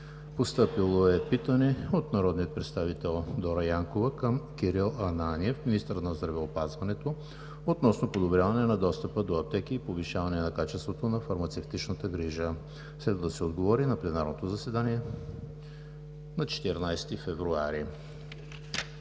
Постъпило е питане от народния представител Дора Янкова към Кирил Ананиев – министър на здравеопазването, относно подобряване на достъпа до аптеки и повишаване на качеството на фармацевтичната грижа. Следва да се отговори в пленарното заседание на 14 февруари